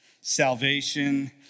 salvation